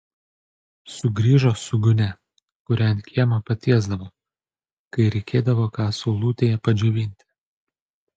sugrįžo su gūnia kurią ant kiemo patiesdavo kai reikėdavo ką saulutėje padžiovinti